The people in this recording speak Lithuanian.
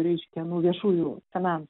reiškia nu viešųjų finan